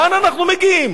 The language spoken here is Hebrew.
לאן אנחנו מגיעים?